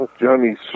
johnny's